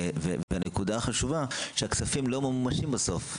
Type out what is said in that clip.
נקודה חשובה היא שהכספים לא ממומשים בסוף.